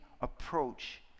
approach